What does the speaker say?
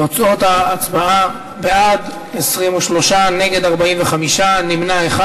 תוצאות ההצבעה: בעד, 23, נגד, 45, נמנע אחד.